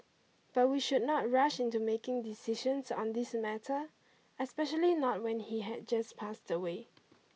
but we should not rush into making decisions on this matter especially not when he had just passed away